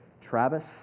Travis